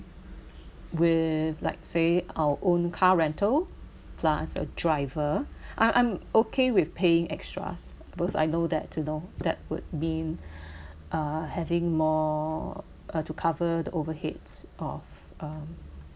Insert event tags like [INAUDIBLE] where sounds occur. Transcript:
with like say our own car rental plus a driver I'm I'm okay with paying extras because I know that you know that would been [BREATH] uh having more uh to cover the overheads of um